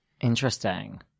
Interesting